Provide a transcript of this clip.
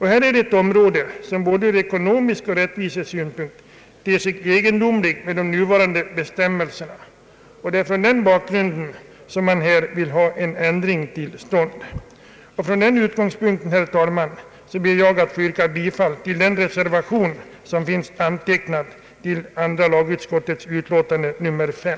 Här är ett område där de nuvarande bestämmelserna ter sig egendomliga både ur ekonomisk synpunkt och ur rättvisesynpunkt. Det är mot den bakgrunden som man vill ha en ändring till stånd. Från den utgångspunkten, herr talman, ber jag att få yrka bifall till den reservation som finns antecknad till andra lagutskottets utlåtande nr 5.